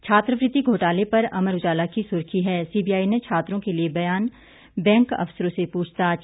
छात्रवृति घोटाले पर अमर उजाला की सुर्खी है सीबीआई ने छात्रों के लिए बयान बैंक अफसरों से पूछताछ